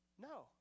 No